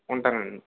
ఉంటానండి